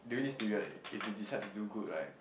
during this period it it decide to good right